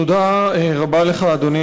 תודה רבה לך, אדוני